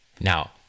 Now